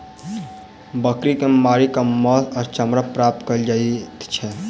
बकरी के मारि क मौस आ चमड़ा प्राप्त कयल जाइत छै